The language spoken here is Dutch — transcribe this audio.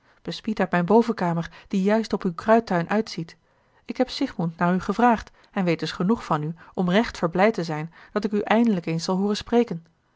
uit mijne bovenkamer die juist op uw kruidtuin uitziet ik heb siegmund naar u gevraagd en weet dus genoeg van u om recht verblijd te zijn dat ik u eindelijk eens zal hooren spreken